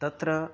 तत्र